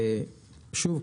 שוב,